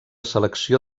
selecció